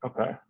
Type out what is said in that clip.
Okay